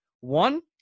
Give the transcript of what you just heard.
One